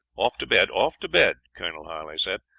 off to bed, off to bed, colonel harley said,